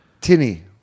Tinny